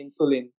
insulin